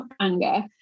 anger